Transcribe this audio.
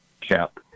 cap